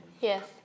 Yes